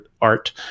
art